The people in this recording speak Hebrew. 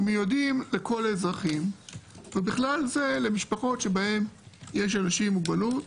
והם מיועדים לכל האזרחים ובכלל זה למשפחות שבהן יש אנשים עם מוגבלות.